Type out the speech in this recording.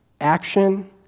action